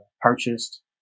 purchased